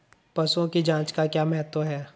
पशुओं की जांच का क्या महत्व है?